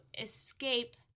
escape